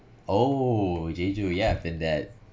oh jeju yeah I've been there